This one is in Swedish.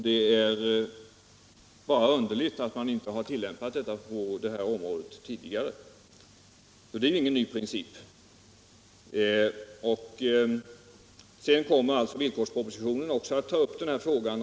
Det är ingen ny princip, det är bara un — Nr 25 derligt att man inte tidigare tillämpat den på detta område. Torsdagen den Villkorspropositionen kommer också att ta upp frågan om ersättning.